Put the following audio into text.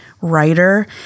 writer